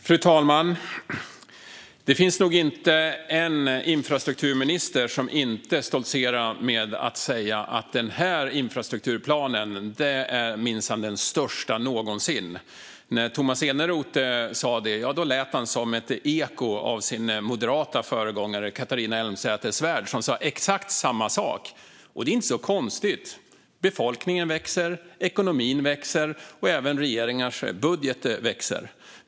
Fru talman! Det är nog inte någon infrastrukturminister som inte skulle stoltsera med att den nya infrastrukturplanen minsann är den största någonsin. När Tomas Eneroth sa det lät han som ett eko av sin moderata föregångare Catharina Elmsäter-Svärd, som sa exakt samma sak. Och det är inte så konstigt. Befolkningen växer. Ekonomin växer. Även regeringars budgetar växer.